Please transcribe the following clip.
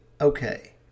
okay